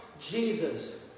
Jesus